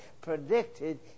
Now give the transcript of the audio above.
predicted